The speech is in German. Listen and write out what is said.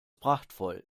prachtvoll